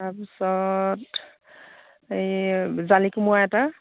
তাৰ পিছত এই জালি কোমোৰা এটা